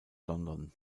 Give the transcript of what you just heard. london